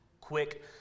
Quick